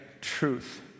truth